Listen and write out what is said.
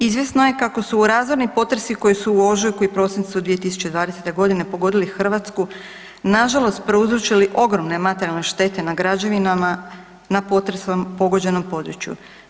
Izvjesno je kako su razorni potresi koji su u ožujku i prosincu 2020. godine pogodili Hrvatsku nažalost prouzročili ogromne materijalne štete na građevinama na potresom pogođenom području.